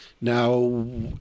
Now